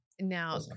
Now